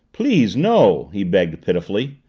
please, no, he begged pitifully.